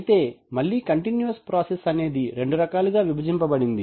అయితే మళ్లీ continuous process అనేది రెండు రకాలుగా విభజింపబడింది